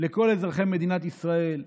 לכל אזרחי מדינת ישראל.